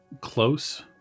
close